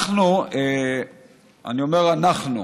אנחנו, אני אומר "אנחנו"